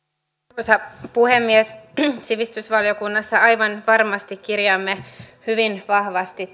arvoisa puhemies sivistysvaliokunnassa aivan varmasti kirjaamme hyvin vahvasti